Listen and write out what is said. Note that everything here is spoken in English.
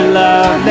love